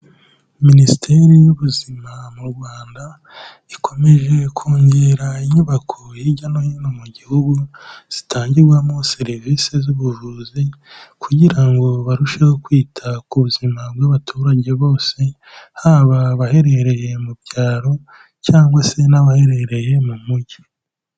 Minisiteri y'ubuzima mu Rwanda, ikomeje kongera inyubako hirya no hino mu gihugu zitangirwamo serivisi z'ubuvuzi kugira ngo barusheho kwita ku buzima bw'abaturage bose haba abaherereye mu byaro cyangwa se n'abaherereye mu mujyi.